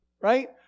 right